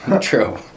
True